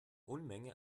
unmenge